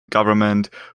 government